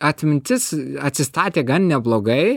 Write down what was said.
atmintis atsistatė gan neblogai